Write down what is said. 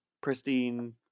pristine